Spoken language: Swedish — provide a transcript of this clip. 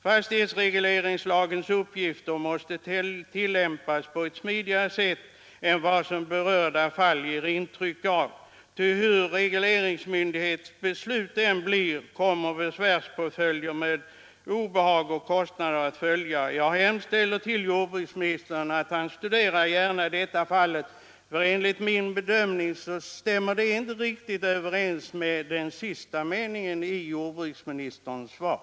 Fastighetsregleringslagens uppgifter måste tillämpas på ett smidigare sätt än vad berörda fall gett intryck av. Ty hur regleringsmyndighetens beslut än blir kommer besvärspåföljder med obehag och kostnader att uppstå. Jag hemställer att jordbruksministern studerar detta fall. Enligt min bedömning stämmer det inte riktigt överens med den sista meningen i jordbruksministerns svar.